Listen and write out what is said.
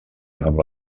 amb